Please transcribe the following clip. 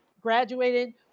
graduated